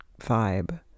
vibe